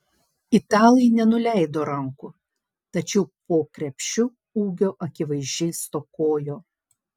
italai nenuleido rankų tačiau po krepšiu ūgio akivaizdžiai stokojo